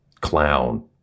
clown